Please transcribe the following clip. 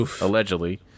allegedly